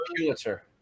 Pulitzer